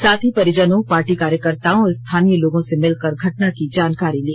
साथ ही परिजनों पार्टी कार्यकर्ताओं और स्थानीय लोगों से मिलकर घटना की जानकारी ली